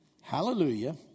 Hallelujah